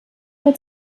wird